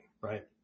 Right